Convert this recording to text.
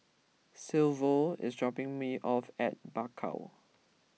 Silvio is dropping me off at Bakau